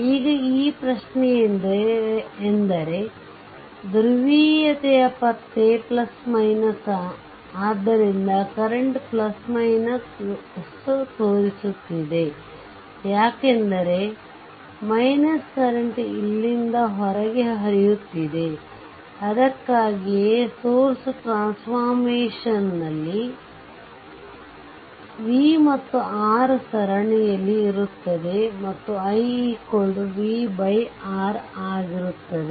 ಈಗ ಈಗ ಪ್ರಶ್ನೆಯೆಂದರೆ ಧ್ರುವೀಯತೆಯ ಪತ್ತೆ ಆದ್ದರಿಂದ ಕರೆಂಟ್ ತೋರಿಸುತ್ತಿದೆ ಯಾಕೆಂದರೆ ಕರೆಂಟ್ ಇಲ್ಲಿಂದ ಹೊರಗೆ ಹರಿಯುತ್ತಿದೆ ಅದಕ್ಕಾಗಿಯೇ ಸೋರ್ಸ್ ಟ್ರಾನ್ಸಪಾರ್ಮೇಷನ್ ನಲ್ಲಿ v ಮತ್ತು R ಸರಣಿಯಲ್ಲಿ ಇರುತ್ತದೆ ಮತ್ತು i v R ಆಗಿರುತ್ತದೆ